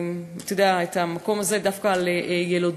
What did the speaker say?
אתה יודע, את המקום הזה דווקא ליילודים.